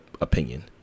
Opinion